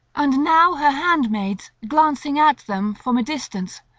and now her handmaids, glancing at them from a distance,